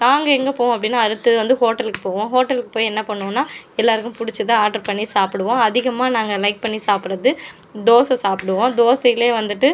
நாங்கள் எங்கேப் போவோம் அப்படின்னா அடுத்தது வந்து ஹோட்டலுக்குப் போவோம் ஹோட்டலுக்குப் போய் என்ன பண்ணுவோம்னா எல்லோருக்கும் பிடிச்சதா ஆர்டர் பண்ணி சாப்பிடுவோம் அதிகமாக நாங்கள் லைக் பண்ணி சாப்பிட்றது தோசை சாப்பிடுவோம் தோசையிலே வந்துட்டு